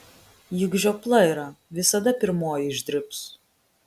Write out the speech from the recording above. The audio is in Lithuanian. juk žiopla yra visada pirmoji išdribs